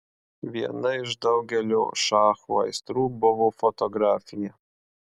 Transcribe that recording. viena iš daugelio šacho aistrų buvo fotografija